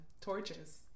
torches